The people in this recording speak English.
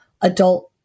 adult